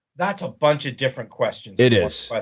that's a bunch of different questions. it is